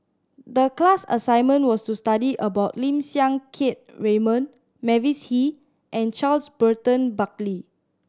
the class assignment was to study about Lim Siang Keat Raymond Mavis Hee and Charles Burton Buckley